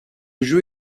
jeu